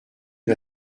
une